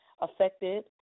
affected